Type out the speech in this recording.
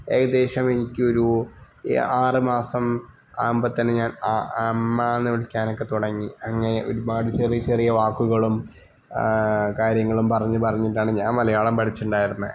ഏകദേശം എനിക്ക് ഒരൂ ആറ് മാസം ആകുമ്പം തന്നെ ഞാന് അ അമ്മാ എന്ന് വിളിക്കാനൊക്കെ തുടങ്ങി അങ്ങനെ ഒരു പാട് ചെറിയ ചെറിയ വാക്കുകളും കാര്യങ്ങളും പറഞ്ഞ് പറഞ്ഞിട്ടാണ് ഞാൻ മലയാളം പഠിച്ചിട്ടുണ്ടായിരുന്നത്